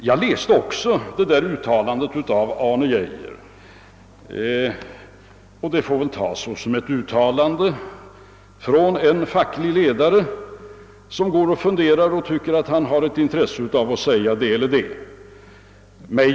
Även jag har läst detta uttalande av herr Arne Geijer. Det får väl tas såsom ett uttalande från en facklig ledare, som går och funderar och tycker att han har ett intresse av att säga det eller det.